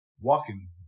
walking